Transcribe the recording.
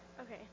Okay